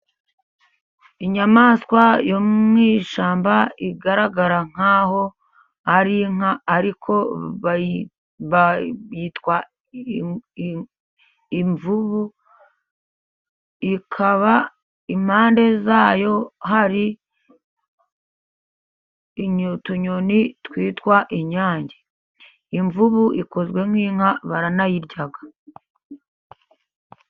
Inyamaswa yo mu ishyamba igaragara nk'aho ari inka, ariko yitwa imvubu. Ikaba impande zayo hari utunyoni twitwa inyange. Imvubu ikozwe nk'inka baranayirya.